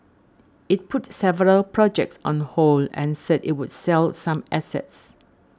it put several projects on hold and said it would sell some assets